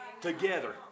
together